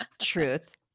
truth